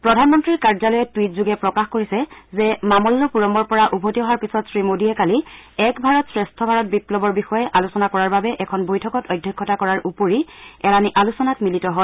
প্ৰধানমন্ত্ৰীৰ কাৰ্যালয়ে ট্ৰইটযোগে প্ৰকাশ কৰিছে যে মামল্পুৰমৰ পৰা উভতি অহাৰ পিছত শ্ৰীমোডীয়ে কালি এক ভাৰত শ্ৰেষ্ঠ ভাৰত বিপ্লৱৰ বিষয়ে আলোচনা কৰাৰ বাবে এখন বৈঠকত অধ্যক্ষতা কৰাৰ উপৰি এলানি আলোচনাত মিলিত হয়